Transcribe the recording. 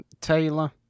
Taylor